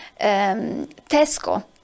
Tesco